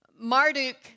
Marduk